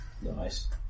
Nice